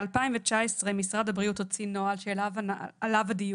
בשנת 2019 משרד הבריאות הוציא נוהל שעליו הדיון,